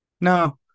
no